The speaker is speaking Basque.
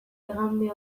igande